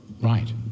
Right